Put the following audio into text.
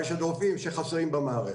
אבל יש עוד רופאים שחסרים במערכת.